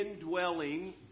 indwelling